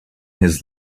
his